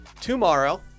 tomorrow